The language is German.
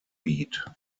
beat